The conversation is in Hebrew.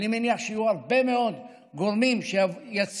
אני מניח שיהיו הרבה מאוד גורמים שיציעו